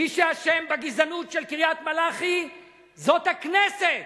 מי שאשם בגזענות של קריית-מלאכי זאת הכנסת,